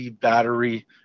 battery